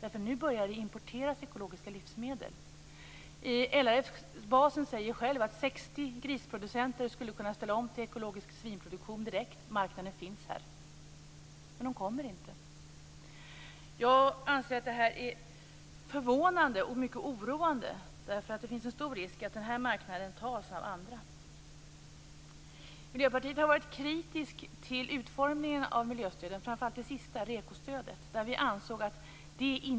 Det börjar nu importeras ekologiska livsmedel. LRF-basen säger själv att 60 grisproducenter skulle kunna ställa om direkt till ekologisk svinproduktion. Marknaden finns här, men producenterna kommer inte fram. Jag anser att detta är förvånande och mycket oroande. Det finns en stor risk för att den här marknaden tas om hand av andra. Miljöpartiet har varit kritiskt till utformningen av miljöstöden, framför allt det senaste, REKO-stödet.